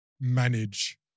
manage